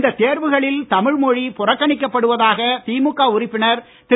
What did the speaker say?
இந்த தேர்வுகளில் தமிழ்மொழி புறக்கணிக்கப்படுவதாக திமுக உறுப்பினர் திரு